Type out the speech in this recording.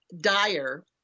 dire